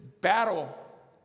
battle